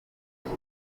bazi